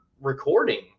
recording